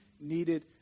needed